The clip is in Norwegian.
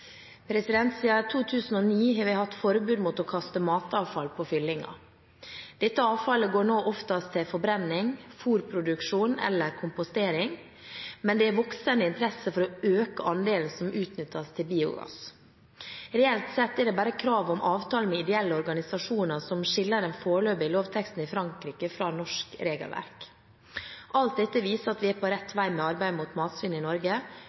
2009 har vi hatt forbud mot å kaste matavfall på fyllinga. Dette avfallet går nå oftest til forbrenning, fôrproduksjon eller kompostering, men det er voksende interesse for å øke andelen som utnyttes til biogass. Reelt sett er det bare kravet om avtale med ideelle organisasjoner som skiller den foreløpige lovteksten i Frankrike fra norsk regelverk. Alt dette viser at vi er på rett vei med arbeidet mot matsvinn i Norge,